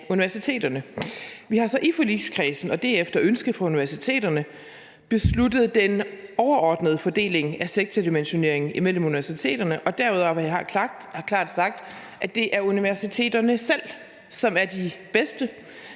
Vi har så i forligskredsen, og det er efter ønske fra universiteterne, besluttet den overordnede fordeling af sektordimensionering imellem universiteterne, og derudover har vi klart sagt, at det er universiteterne selv, som er de bedste